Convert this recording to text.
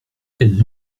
elles